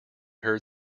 heard